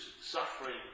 suffering